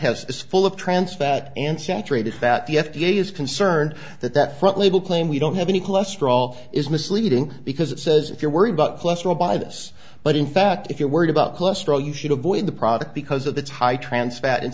has this full of trans fat and saturated about the f d a is concerned that that front label claim we don't have any cholesterol is misleading because it says if you're worried about cholesterol by this but in fact if you're worried about cholesterol you should avoid the product because of it's high transport and